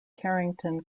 carrington